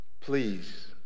Please